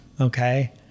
Okay